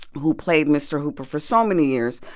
who played mr. hooper for so many years,